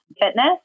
Fitness